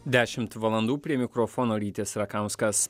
dešimt valandų prie mikrofono rytis rakauskas